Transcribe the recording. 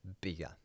bigger